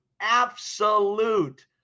absolute